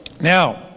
Now